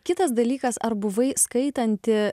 kitas dalykas ar buvai skaitanti